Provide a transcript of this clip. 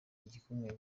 igikumwe